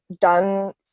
done